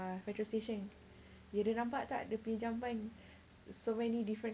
ah petrol station dia nampak tak dia punya jamban so many different